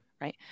Right